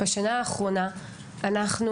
בשנה האחרונה אנחנו,